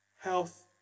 health